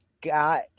Got